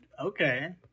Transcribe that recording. okay